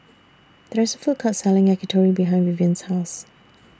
There IS A Food Court Selling Yakitori behind Vivien's House